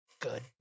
good